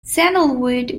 sandalwood